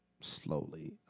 slowly